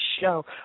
show